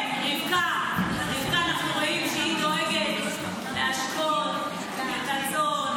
כן, רבקה, אנחנו רואים שהיא דואגת להשקות את הצאן,